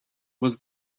was